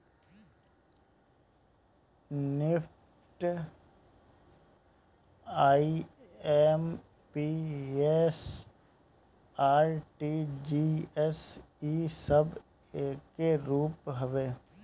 NEFT, IMPS, RTGS इ सब एकरे रूप हवे